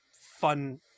fun